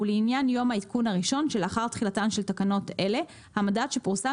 ולעניין יום העדכון הראשון שלאחר תחילתן של תקנות אלה המדד שפורסם